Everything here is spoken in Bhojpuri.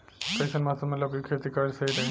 कइसन मौसम मे लौकी के खेती करल सही रही?